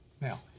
Now